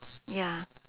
ya